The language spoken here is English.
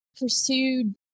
pursued